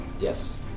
Yes